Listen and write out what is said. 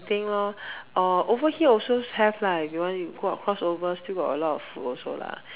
anything lor uh over here also have lah if you want cross over still got a lot of food also lah